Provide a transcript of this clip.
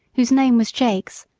whose name was jakes,